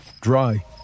dry